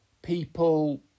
People